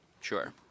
Sure